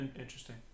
Interesting